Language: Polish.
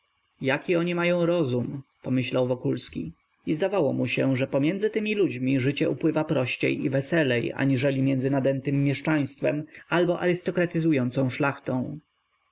jaki oni mają rozum pomyślał wokulski i zdawało mu się że między tymi ludźmi życie upływa prościej i weselej aniżeli między nadętem mieszczaństwem albo arystokratyzującą szlachtą